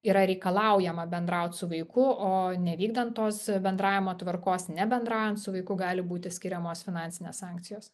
yra reikalaujama bendraut su vaiku o nevykdant tos bendravimo tvarkos nebendraujant su vaiku gali būti skiriamos finansinės sankcijos